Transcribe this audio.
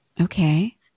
Okay